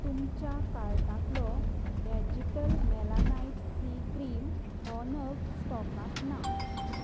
तुमच्या कार्टांतलो vegetal melanite sea cream हो नग स्टॉकांत ना